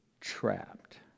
trapped